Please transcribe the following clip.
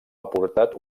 aportat